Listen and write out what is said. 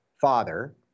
father